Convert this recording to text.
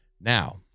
Now